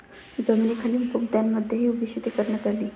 जमिनीखालील बोगद्यांमध्येही उभी शेती करण्यात आली